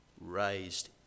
raised